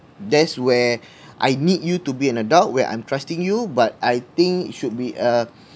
that's where I need you to be an adult where I'm trusting you but I think should be uh